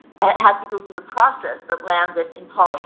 that has to go through the process that lancet in